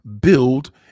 build